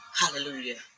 hallelujah